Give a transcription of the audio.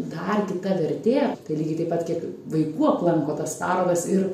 dar kita vertė tai lygiai taip pat kiek vaikų aplanko tas parodas ir